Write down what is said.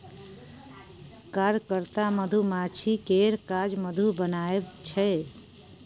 कार्यकर्ता मधुमाछी केर काज मधु बनाएब छै